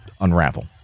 unravel